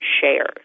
shares